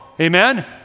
Amen